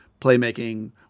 playmaking